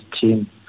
team